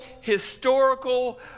historical